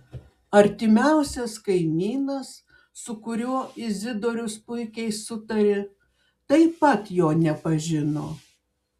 artimiausias kaimynas su kuriuo izidorius puikiai sutarė taip pat jo nepažino